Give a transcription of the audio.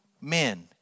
men